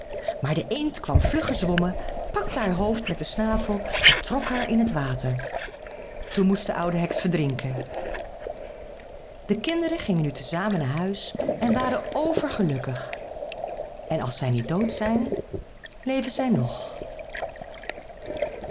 maar de eend kwam vlug gezwommen pakte haar hoofd met den snavel en trok haar in het water toen moest de oude heks verdrinken de kinderen gingen nu te samen naar huis en waren overgelukkig en als zij niet dood zijn leven zij nog